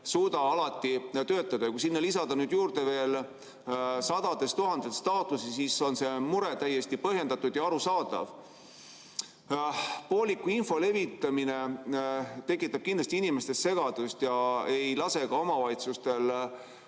suuda alati töötada. Kui sinna lisada veel juurde sadades tuhandetes taotlusi, siis on see mure täiesti põhjendatud ja arusaadav. Pooliku info levitamine tekitab inimestes kindlasti segadust ja ei lase ka omavalitsustel